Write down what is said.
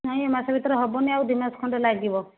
ନାହିଁ ଏ ମାସେ ଭିତରେ ହେବନି ଆଉ ଦୁଇମାସ ଖଣ୍ଡେ ଲାଗିବ